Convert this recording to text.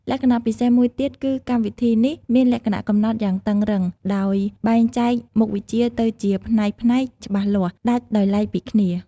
លក្ខណៈពិសេសមួយទៀតគឺកម្មវិធីនេះមានលក្ខណៈ កំណត់យ៉ាងតឹងរ៉ឹង ដោយបែងចែកមុខវិជ្ជាទៅជា ផ្នែកៗច្បាស់លាស់ ដាច់ដោយឡែកពីគ្នា។